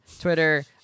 Twitter